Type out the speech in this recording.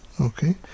Okay